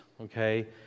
okay